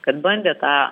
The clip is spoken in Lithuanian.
kad bandė tą